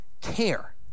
care